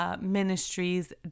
Ministries